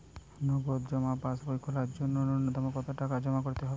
নগদ জমা পাসবই খোলার জন্য নূন্যতম কতো টাকা জমা করতে হবে?